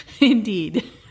Indeed